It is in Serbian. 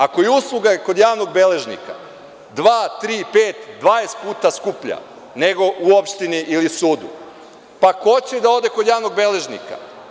Ako je usluga kod javnog beležnika dva, tri, pet, dvadeset puta skuplja nego u opštini ili sudu, pa ko će da ode kod javnog beležnika?